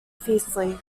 fiercely